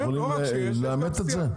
אתם יכולים לעמת את זה?